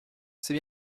c’est